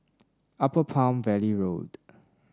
Upper Palm Valley Road